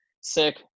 sick